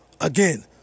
again